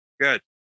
Good